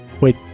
Wait